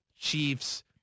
Chiefs